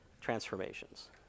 transformations